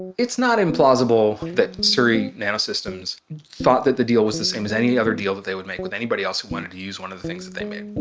it's not implausible that surrey nanosystems thought that the deal was the same as any other deal that they would make with anybody else who wanted to use one of the things that they made,